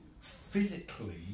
physically